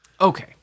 okay